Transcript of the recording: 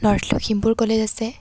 north Lakhimpur college আছে